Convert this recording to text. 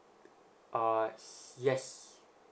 uh yes